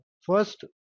first